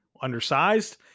undersized